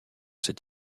cet